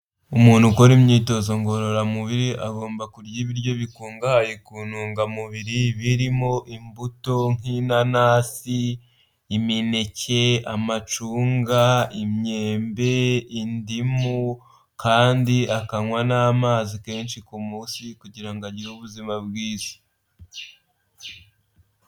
Umuntu ukora imyitozo ngororamubiri agomba kurya ibiryo bikungahaye ku ntungamubiri birimo imbuto nk'inanasi, imineke, amacunga, imyembe, indimu kandi akanywa n'amazi kenshi ku munsi kugira ngo agire ubuzima bwiza.